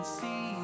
See